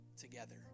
together